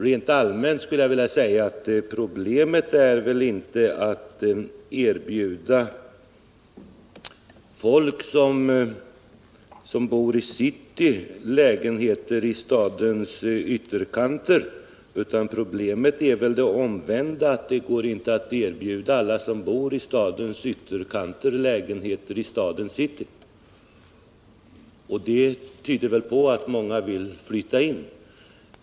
Rent allmänt skulle jag vilja säga att problemet väl inte är att erbjuda folk som bor i city lägenheter i stadens ytterkanter, utan att problemet är det omvända: att det inte går att erbjuda alla som bor i stadens ytterområden lägenheter i stadens mitt. Det tyder på att många vill flytta in till city.